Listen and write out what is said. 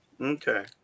Okay